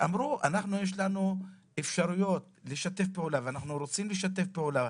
ואמרו אנחנו יש לנו אפשרויות לשתף פעולה ואנחנו רוצים לשתף פעולה.